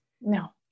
No